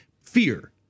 fear